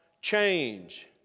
change